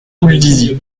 houldizy